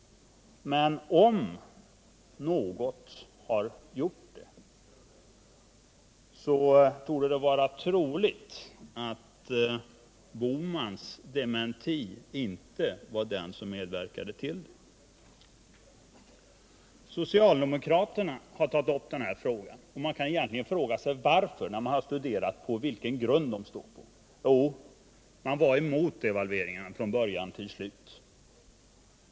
Men om något har gjort det, så torde det vara troligt att Bohmans dementi inte var den som medverkade till detta. Socialdemokraterna har tagit upp den här frågan, och man kan fråga sig varför när man har studerat på vilken grund de står. Jo, de var emot devalveringen från början till slut.